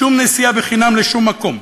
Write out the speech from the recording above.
שום נסיעה בחינם לשום מקום,